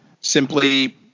simply